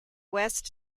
west